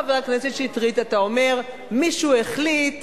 חבר הכנסת שטרית, אתה אומר: מישהו החליט,